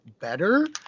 better